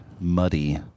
muddy